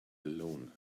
alone